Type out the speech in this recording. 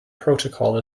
protocol